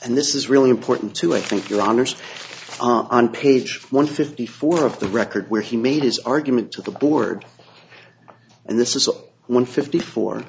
and this is really important to i think your honour's on page one fifty four of the record where he made his argument to the board and this is one fifty four